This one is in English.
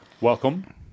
Welcome